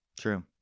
True